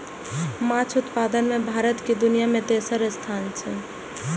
माछ उत्पादन मे भारत के दुनिया मे तेसर स्थान छै